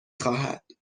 خواهد